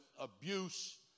abuse